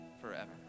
forever